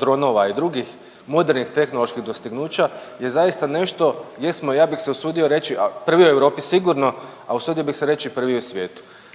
dronova i drugih modernih tehnoloških dostignuća je zaista nešto gdje smo, ja bih se usudio reći, a prvi u Europi sigurno, a usudio bih se reći i prvi u svijetu.